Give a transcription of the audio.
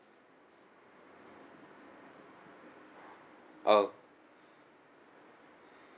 oh